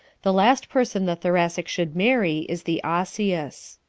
the last person the thoracic should marry is the osseous.